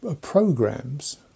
programs